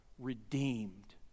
redeemed